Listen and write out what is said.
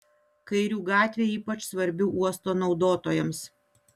kairių gatvė ypač svarbi uosto naudotojams